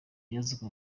yazaga